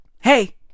Hey